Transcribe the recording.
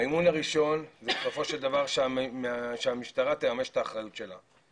האמון הראשון הוא בסופו של דבר שהמשטרה תממש את האחריות שלה.